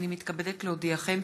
הנני מתכבדת להודיעכם,